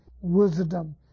wisdom